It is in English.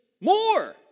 more